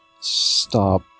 Stop